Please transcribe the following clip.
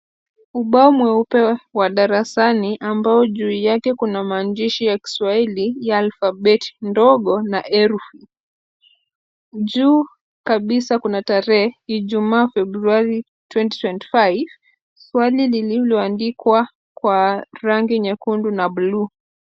Ubao mweupe wa darasani ambao juu yake kuna maandishi ya Kiswahili ya alfabeti ndogo na herufi. Juu kabisa kuna tarehe, Ijumaa, Februari 2025 . Swali lililoandikwa kwa rangi nyekundu na buluu.